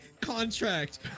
contract